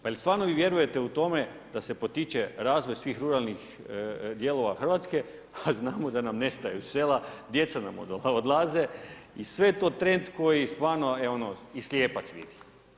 Pa jel stvarno vi vjerujete u tome da se potiče razvoj svih ruralnih dijelova RH, a znamo da nam nestaju sela, djeca nam odlaze i sve je to trend koji stvarno i slijepac vidi.